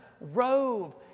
robe